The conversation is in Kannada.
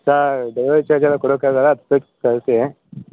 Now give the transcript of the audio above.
ಸಾರ್ ಡಿಲಿವರಿ ಚಾರ್ಜೆಲ್ಲ ಕೊಡೋಕಾಗೋಲ್ಲ ಹತ್ತು ಪ್ಲೇಟ್ ಕಳಿಸಿ